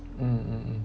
mm mm mm